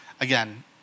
again